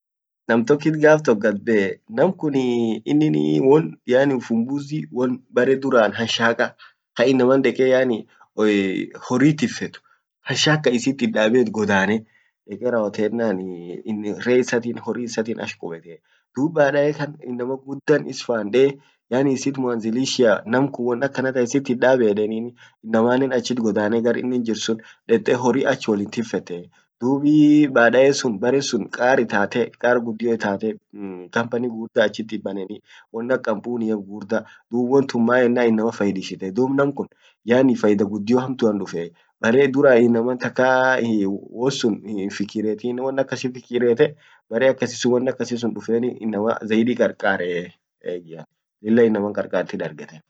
nam tokit gaf tok gadbee namkun inin won yaani ufumbuzi bare duran hashaka kainaman deke yaani hori tiffet hanshak isit itdabe itgodabe ,deke rawotennan ree isatif iyo hori isatin ash kubet ,dub baadae inaman guddan is faan dee yaani isit mwanzilishia ,namkun won akana isit itdabe edenini inamannen achit godane gar inin jir sun dete horri Ach wollin tifette dub baadae sun baren sun qar itate ,qar guddio itate company gugurda achit baneni, won ak campunia gugurda ,dub wontun maenan inama faidishite dub namkun yaani faida guddio hamtuan duffee, bare duran inaman takka wonsun hinfikirietin, won akasi fikiriete bare akasisun dufeni inama zaidi qarqare egian